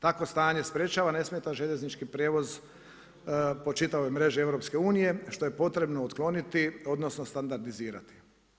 Tako stanje sprečava nesmetan željeznički prijevoz po čitavoj mreži EU-a, što je potrebno otkloniti odnosno standardizirati.